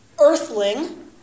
earthling